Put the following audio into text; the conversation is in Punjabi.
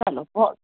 ਚਲੋ ਬੋ